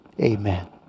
Amen